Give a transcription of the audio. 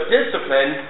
discipline